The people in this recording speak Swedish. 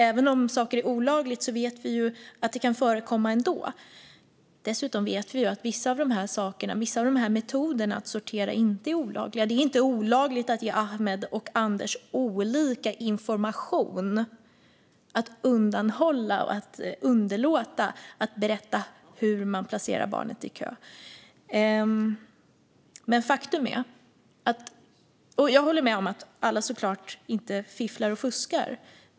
Även om saker är olagliga vet vi att de kan förekomma ändå. Dessutom vet vi att vissa av dessa metoder att sortera inte är olagliga. Det är inte olagligt att ge Ahmed och Anders olika information - att undanhålla och underlåta att berätta hur man placerar barnet i kö. Jag håller med om att alla såklart inte fifflar och fuskar.